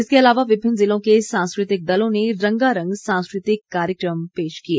इसके अलावा विभिन्न ज़िलों के सांस्कृतिक दलों ने रंगारंग सांस्कृतिक कार्यक्रम पेश किए